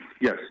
Yes